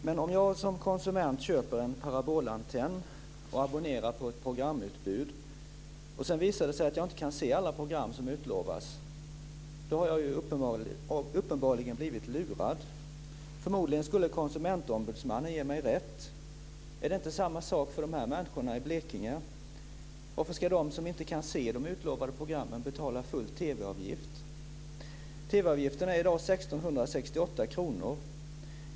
Herr talman! Om jag som konsument köper en parabolantenn och abonnerar på ett programutbud och det visar sig att jag inte kan se alla program som utlovats, då har jag uppenbarligen blivit lurad. Förmodligen skulle Konsumentombudsmannen ge mig rätt. Är det inte samma sak för de här människorna i Blekinge? Varför ska de som inte kan se de utlovade programmen betala full TV-avgift? Avgifterna i dag är 1 668 kr.